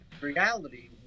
Reality